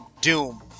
Doom